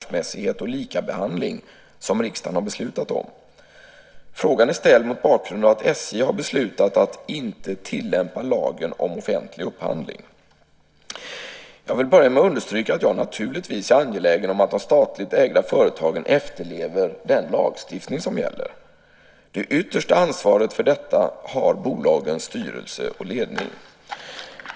Herr talman! Per Bill har frågat mig vilka åtgärder jag tänker vidta för att bolag som SJ ska följa lagstadgade regler om konkurrens, affärsmässighet och likabehandling som riksdagen har beslutat om. Frågan är ställd mot bakgrund av att SJ har beslutat att inte tillämpa lagen om offentlig upphandling. Jag vill börja med att understryka att jag naturligtvis är angelägen om att de statligt ägda företagen efterlever den lagstiftning som gäller. Det yttersta ansvaret för detta har bolagens styrelse och ledning.